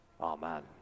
Amen